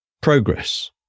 progress